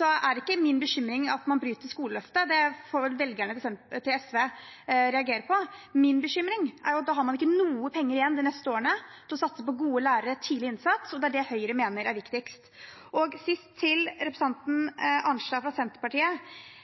er ikke min bekymring at man bryter skoleløftet – det får vel velgerne til SV reagere på. Min bekymring er at da har man ikke noe penger igjen de neste årene til å satse på gode lærere, tidlig innsats, og det er det Høyre mener er viktigst. Sist til representanten Arnstad fra Senterpartiet: